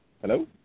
Hello